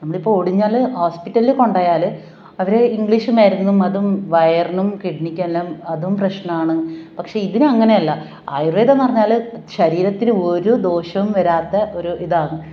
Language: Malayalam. നമ്മളിപ്പം ഒടിഞ്ഞാൽ ഹോസ്പിറ്റലിൽ കൊണ്ടു പോയാൽ അവർ ഇംഗ്ലീഷ് മരുന്നും അതും വയറിനും കിഡ്നിക്കെല്ലാം അതും പ്രശ്നമാണ് പക്ഷേ ഇതിന് അങ്ങനെ അല്ല ആയുർവേദമെന്ന് പറഞ്ഞാൽ ശരീരത്തിന് ഒരു ദോഷവും വരാത്ത ഒരു ഇതാകും